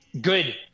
good